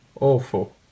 Awful